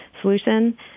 solution